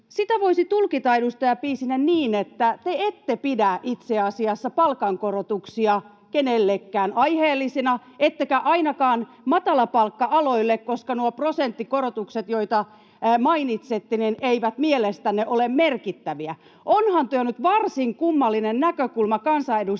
sitä voisi tulkita, edustaja Piisinen, niin, että te ette pidä itse asiassa palkankorotuksia kenellekään aiheellisina, ettekä ainakaan matalapalkka-aloille, koska nuo prosenttikorotukset, joita mainitsitte, eivät mielestänne ole merkittäviä. Onhan tuo nyt varsin kummallinen näkökulma kansanedustajalta,